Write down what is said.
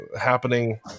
happening